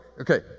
okay